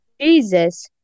Jesus